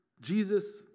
Jesus